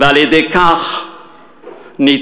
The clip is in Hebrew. ועל-ידי כך נתרום,